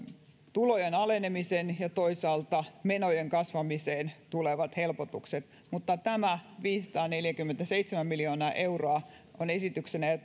tulojen alenemiseen ja toisaalta menojen kasvamiseen tulevat helpotukset mutta tämä viisisataaneljäkymmentäseitsemän miljoonaa euroa on esityksenä